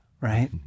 right